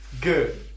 Good